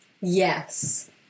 Yes